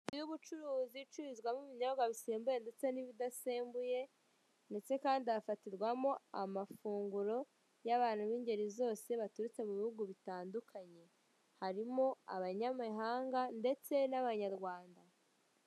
Inzu y'ubucuruzi icururizwamo ibinyobwa bisembuye ndetse n'ibidasembuye ndetse kandi hafatirwamo amafunguro y'abantu bingeri zose baturutse mubihugu bitandukanye, harimo abanyamahanga ndetse n'abanyarwanda.